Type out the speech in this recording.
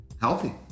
healthy